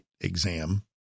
exam